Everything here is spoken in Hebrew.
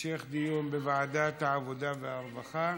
להמשך דיון בוועדת העבודה והרווחה.